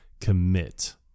commit